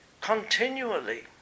continually